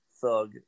Thug